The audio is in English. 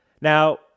Now